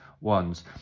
ones